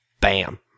Bam